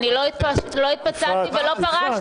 אני לא התפצלתי ולא פרשתי.